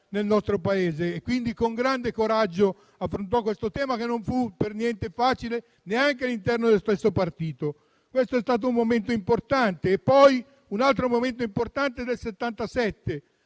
nel nostro Paese; egli con grande coraggio affrontò questo tema, che non fu per niente facile, neanche all'interno del suo stesso partito. Questo è stato un momento importante. Un altro momento importante è